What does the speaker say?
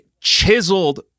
chiseled